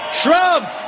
Trump